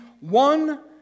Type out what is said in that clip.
one